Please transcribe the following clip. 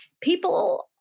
people